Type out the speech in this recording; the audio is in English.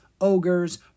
ogres